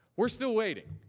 we are still waiting.